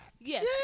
Yes